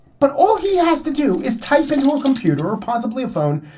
but all he has to do is type into a computer or possibly a phone.